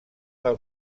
del